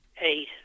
Eight